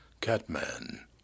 Catman